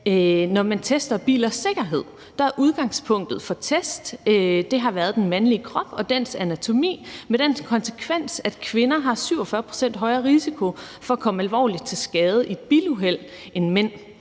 når man tester bilers sikkerhed, er udgangspunktet for test den mandlige krop og dens anatomi, hvilket har den konsekvens, at kvinder har 47 pct. højere risiko for at komme alvorligt til skade i et biluheld end mænd.